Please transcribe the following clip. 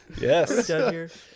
Yes